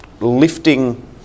lifting